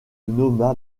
nomma